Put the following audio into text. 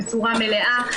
בצורה מלאה.